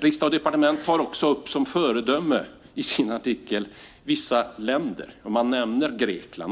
Riksdag & Departement tar i sin artikel upp vissa länder som föredömen. Man nämner Grekland.